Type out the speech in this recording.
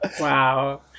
wow